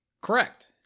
Correct